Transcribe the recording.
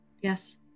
Yes